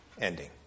ending